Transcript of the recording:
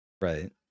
Right